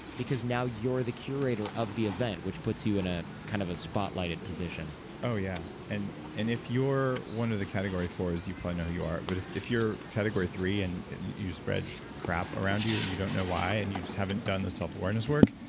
because now you're the curator of the event, which puts you in a kind of a spotlighted position oh yeah. and and if you're one of the category fours, you probably know who you are. but if if you're category three, and you spread crap around you, and you don't know why, and you just haven't done the self-awareness work,